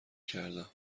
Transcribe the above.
کردم